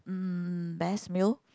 mm best meal